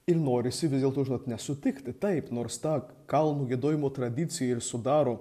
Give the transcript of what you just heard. ir norisi vis dėlto žinot nesutikti taip nors tą kalnų giedojimo tradiciją ir sudaro